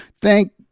thank